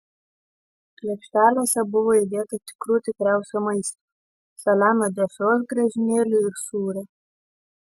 lėkštelėse buvo įdėta tikrų tikriausio maisto saliamio dešros griežinėlių ir sūrio